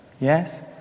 Yes